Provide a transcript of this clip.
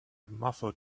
muffled